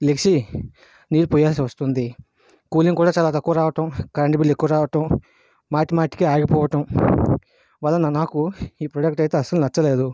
లేచి నీరు పోయాల్సి వస్తుంది కూలింగ్ కూడా చాలా తక్కువ రావడం కరెంట్ బిల్ ఎక్కువ రావడం మాటిమాటికి ఆగిపోవడం వలన నాకు ఈ ప్రోడక్ట్ అయితే అస్సలు నచ్చలేదు